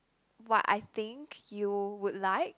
what I think you would like